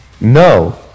no